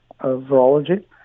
virology